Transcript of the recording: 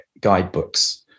guidebooks